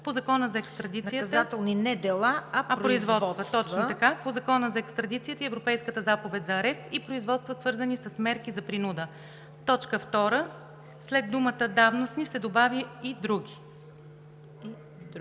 „…по Закона за екстрадицията и Европейската заповед за арест и производства, свързани с мерки за принуда.“ 2. След думата „давностни“ се добавя „и други“.“